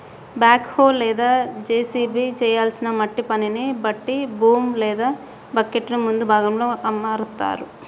back హో లేదా JCB చేయాల్సిన మట్టి పనిని బట్టి బూమ్ లేదా బకెట్టుని ముందు భాగంలో అమరుత్తారు